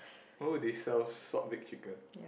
oh they sell salt baked chicken